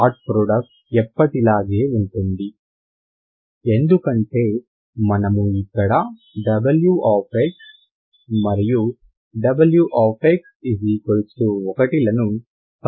dot product ఎప్పటిలాగే ఉంటుంది ఎందుకంటే మనము ఇక్కడ wx మరియు wx1 లను పరిశీలించడానికి చూసాము